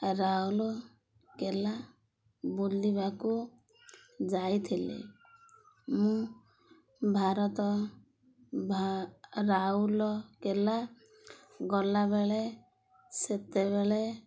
ରାଉଲକେଲା ବୁଲିବାକୁ ଯାଇଥିଲି ମୁଁ ଭାରତ ଭା ରାଉଲକେଲା ଗଲାବେଳେ ସେତେବେଳେ